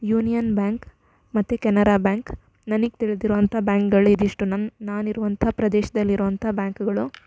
union Bank ಮತ್ತು ಕೆನರಾ ಬ್ಯಾಂಕ್ ನನಗೆ ತಿಳಿದಿರುವಂಥ ಬ್ಯಾಂಕ್ಗಳು ಇದಿಷ್ಟು ನನ್ನ ನಾನು ಇರುವಂಥ ಪ್ರದೇಶದಲ್ಲಿ ಇರುವಂಥ ಬ್ಯಾಂಕ್ಗಳು